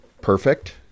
perfect